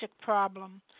problem